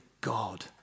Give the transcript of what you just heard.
God